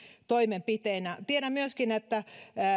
toimenpiteenä tiedän myöskin että